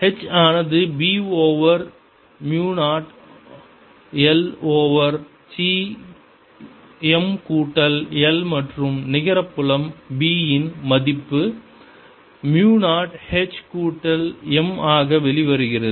H ஆனது b over மு 0 1 over c m கூட்டல் 1 மற்றும் நிகர புலம் b இன் மதிப்பு மு 0 h கூட்டல் m ஆக வெளிவருகிறது